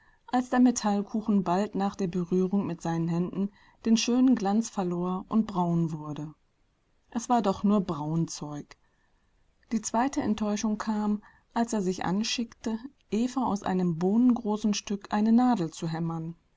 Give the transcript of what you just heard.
als der metallkuchen bald nach der berührung mit seinen händen den schönen glanz verlor und braun wurde es war doch nur braunzeug die zweite enttäuschung kam als er sich anschickte eva aus einem bohnengroßen stück eine nadel zu hämmern